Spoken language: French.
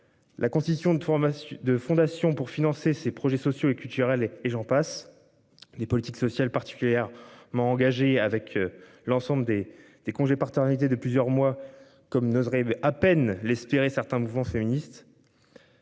de formation de fondation pour financer ses projets sociaux et culturels et et j'en passe. Les politiques sociales particulières m'a engagée avec l'ensemble des des congés en réalité de plusieurs mois comme n'oserait à peine l'espérer certains mouvements féministes.